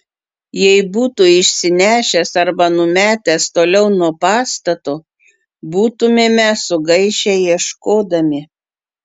jei būtų išsinešęs arba numetęs toliau nuo pastato būtumėme sugaišę ieškodami